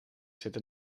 zitten